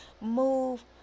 move